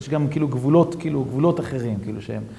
יש גם כאילו גבולות, כאילו גבולות אחרים, כאילו, שהם...